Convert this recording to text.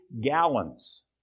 gallons